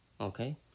Okay